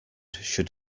should